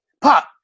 Pop